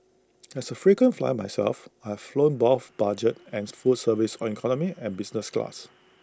as A frequent flyer myself I've flown both budget and full service on economy and business class